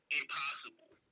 impossible